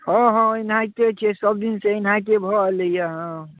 हँ हँ एनाहिते छै सबदिन सँ एनाहिते भऽ अएलैए हँ